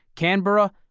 canberra,